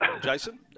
Jason